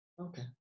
okay